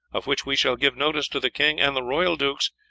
of which we shall give notice to the king and the royal dukes,